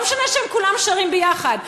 לא משנה שהם כולם שרים ביחד.